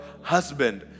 husband